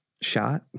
shot